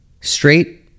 straight